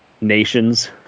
nations